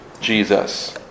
Jesus